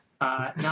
Now